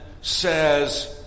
says